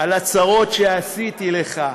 על הצרות שעשיתי לך.